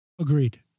Agreed